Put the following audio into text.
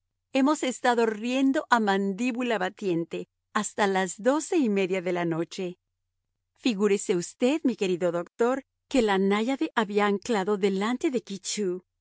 hemos estado riendo a mandíbula batiente hasta las doce y media de la noche figúrese usted mi querido doctor que la náyade había anclado delante de